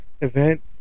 event